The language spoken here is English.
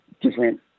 different